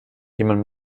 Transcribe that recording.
jemand